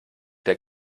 der